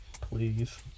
Please